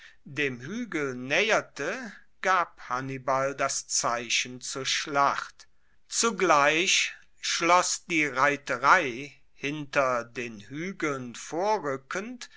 dein huegel naeherte gab hannibal das zeichen zur schlacht zugleich schloss die reiterei hinter den huegeln vorrueckend